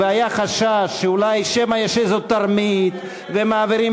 והיה חשש שמא יש איזו תרמית ומעבירים